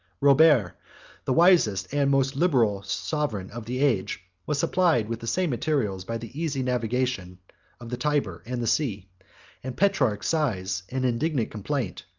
robert, the wisest and most liberal sovereign of the age, was supplied with the same materials by the easy navigation of the tyber and the sea and petrarch sighs an indignant complaint,